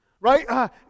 Right